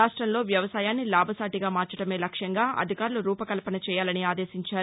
రాష్టంలో వ్యవసాయాన్ని లాభసాటిగా మార్చడమే లక్ష్యంగా అధికారులు రూపకల్పన చేయాలని ఆదేశించారు